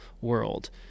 world